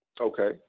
Okay